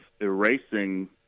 erasing